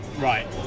Right